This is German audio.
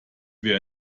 wäre